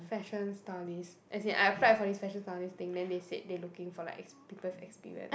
fashion stylist as in I applied for this fashion stylist thing then they said they looking for like exp~ people with experience